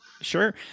Sure